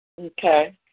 Okay